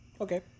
okay